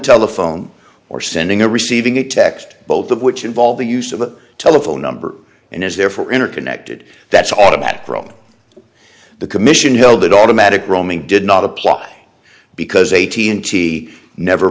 telephone or sending or receiving a text both of which involve the use of a telephone number and is therefore interconnected that's automatic from the commission held that automatic roaming did not apply because a t and t never